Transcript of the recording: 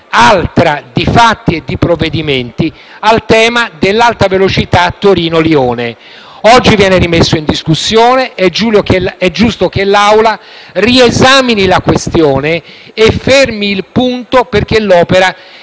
altra di fatti e di provvedimenti, al tema dell'Alta velocità Torino-Lione. Oggi viene rimesso in discussione: è giusto che l'Assemblea riesamini la questione e fermi il punto, perché l'opera è